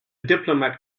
diplomat